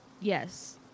yes